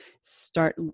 start